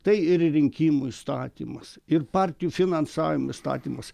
tai ir rinkimų įstatymas ir partijų finansavimo įstatymas